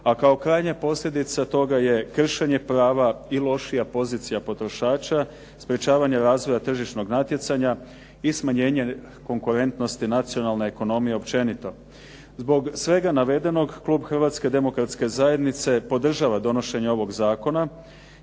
A kao krajnja posljedica toga je kršenje prava i lošija pozicija potrošača, sprječavanje razvoja tržišnog natjecanja i smanjenje konkurentnosti nacionalne ekonomije općenito. Zbog svega navedenog klub Hrvatske demokratske zajednice podržava donošenje ovog zakona